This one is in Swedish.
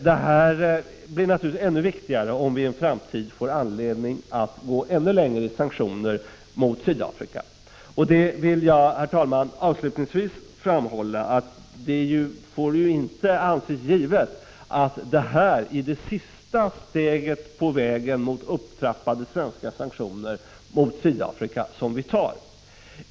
Detta blir naturligtvis ännu viktigare om vi i en framtid får anledning att gå ännu längre i sanktioner mot Sydafrika. Avslutningsvis, herr talman, vill jag framhålla att det inte får anses givet att detta är det sista steg på vägen mot upptrappade svenska sanktioner som vi tar.